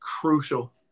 crucial